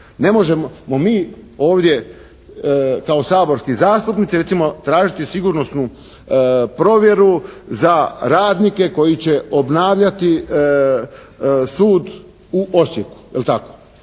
Ne možemo mi ovdje kao saborski zastupnici recimo tražiti sigurnosnu provjeru za radnike koji će obnavljati sud u Osijeku, je li tako?